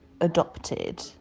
adopted